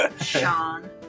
Sean